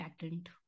patent